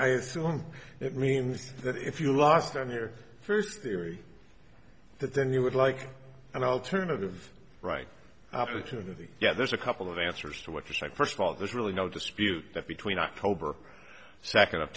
i assume that means that if you lost their first that then you would like an alternative right opportunity yeah there's a couple of answers to what you say first of all there's really no dispute that between october second of